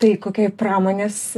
tai kokioj pramonės